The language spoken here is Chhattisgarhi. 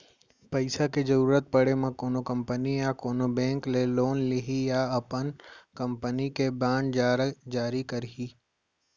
पइसा के जरुरत पड़े म कोनो कंपनी या तो कोनो बेंक ले लोन लिही या अपन कंपनी के बांड जारी करही